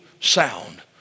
sound